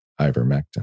ivermectin